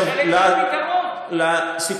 אבל זה חלק מהפתרון.